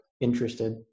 interested